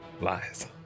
Lies